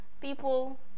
people